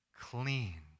clean